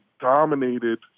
dominated